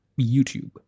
YouTube